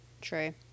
true